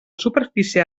superfície